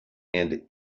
and